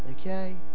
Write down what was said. okay